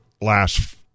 last